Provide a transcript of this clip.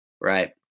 right